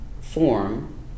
form